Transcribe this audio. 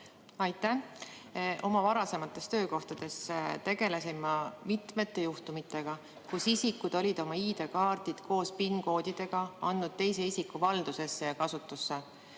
Aitäh! Oma varasemates töökohtades tegelesin ma mitmete juhtumitega, kui isikud olid oma ID‑kaardi koos PIN‑koodidega andnud teise isiku valdusesse ja kasutusse.